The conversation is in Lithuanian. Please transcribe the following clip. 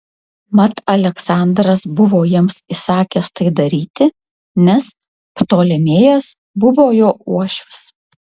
mat aleksandras buvo jiems įsakęs tai daryti nes ptolemėjas buvo jo uošvis